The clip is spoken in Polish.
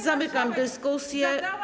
Zamykam dyskusję.